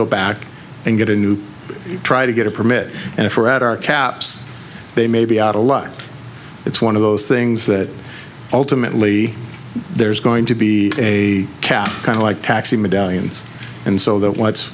go back and get a new try to get a permit and if we're at our caps they may be out of luck it's one of those things that ultimately there's going to be a catch kind of like taxi medallions and so that w